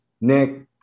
Nick